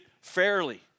fairly